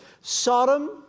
Sodom